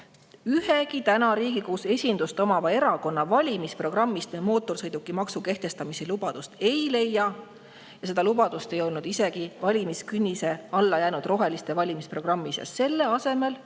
Ühegi täna Riigikogus esindust omava erakonna valimisprogrammist me mootorsõidukimaksu kehtestamise lubadust ei leia ja seda lubadust ei olnud isegi valimiskünnise alla jäänud roheliste valimisprogrammis. Selle asemel